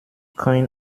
kein